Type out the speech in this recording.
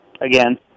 Again